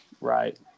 Right